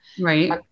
Right